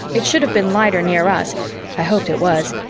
it should have been lighter near us i hoped it was,